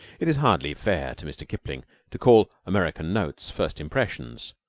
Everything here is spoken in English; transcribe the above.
it is hardly fair to mr. kipling to call american notes first impressions,